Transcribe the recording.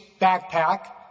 backpack